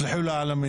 תסלחו לי על המילה.